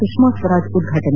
ಸುಷ್ಕಾ ಸ್ತರಾಜ್ ಉದ್ಘಾಟನೆ